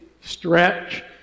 stretch